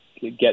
get